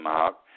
out